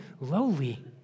lowly